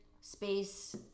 space